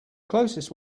closest